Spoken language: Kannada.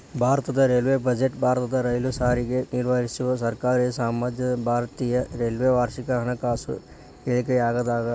ಭಾರತದ ರೈಲ್ವೇ ಬಜೆಟ್ ಭಾರತದ ರೈಲು ಸಾರಿಗೆ ನಿರ್ವಹಿಸೊ ಸರ್ಕಾರಿ ಸ್ವಾಮ್ಯದ ಭಾರತೇಯ ರೈಲ್ವೆ ವಾರ್ಷಿಕ ಹಣಕಾಸು ಹೇಳಿಕೆಯಾಗ್ಯಾದ